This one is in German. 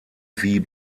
wie